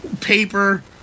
paper